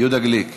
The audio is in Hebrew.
יהודה גליק,